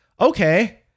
okay